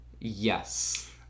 Yes